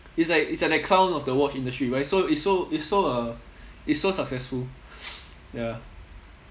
it's like it's like the clown of the watch industry but it's so it's so it's so uh it's so successful ya